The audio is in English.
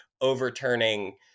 overturning